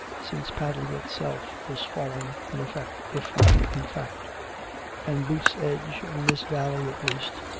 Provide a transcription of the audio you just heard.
since padley its-elf was fallen, in effect, if not in fact and booth's edge, in this valley at least,